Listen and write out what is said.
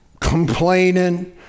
complaining